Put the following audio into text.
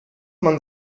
man